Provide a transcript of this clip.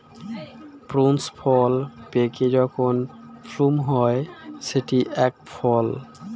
prunes ফল পেকে যখন প্লুম হয় সেটি এক ফল